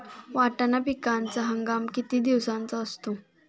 वाटाणा पिकाचा हंगाम किती दिवसांचा असतो?